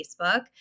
Facebook